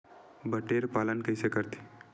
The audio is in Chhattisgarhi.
बटेर पालन कइसे करथे?